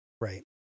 Right